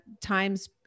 times